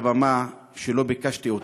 על הבמה שלא ביקשתי אותה,